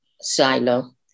silo